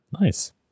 Nice